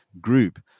group